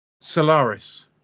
Solaris